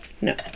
No